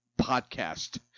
podcast